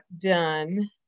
done